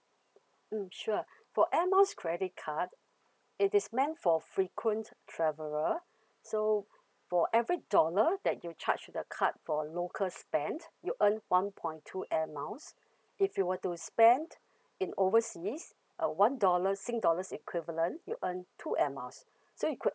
mm sure for air miles credit card it is meant for frequent traveller so for every dollar that you charge the card for local spend you earn one point two air miles if you were to spend in overseas uh one dollar sing dollars equivalent you earn two air miles so you could